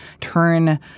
turn